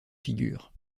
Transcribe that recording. figures